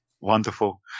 wonderful